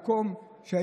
יעלה 6.5 במקום 4.5,